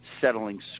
settling